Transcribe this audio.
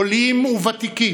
עולים וותיקים,